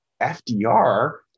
FDR